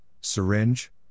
syringe